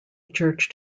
church